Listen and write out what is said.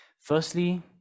Firstly